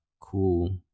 cool